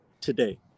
today